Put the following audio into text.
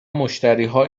مشتریها